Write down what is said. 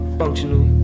functional